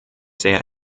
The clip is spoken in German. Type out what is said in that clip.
sehr